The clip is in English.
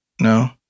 No